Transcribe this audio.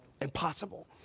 Impossible